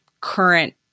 current